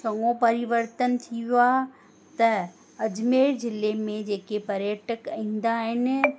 चङो परिवर्तन थी वियो आहे त अजमेर जिले में जे के पर्यटक ईंदा आहिनि